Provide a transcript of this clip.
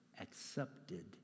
accepted